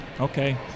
okay